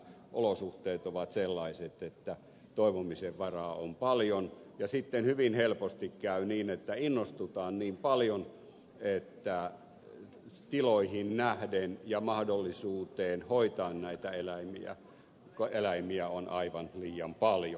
olosuhteet ovat sellaiset että toivomisen varaa on paljon ja sitten hyvin helposti käy niin että innostutaan niin paljon että tiloihin nähden ja mahdollisuuteen hoitaa näitä eläimiä on eläimiä aivan liian paljon